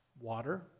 Water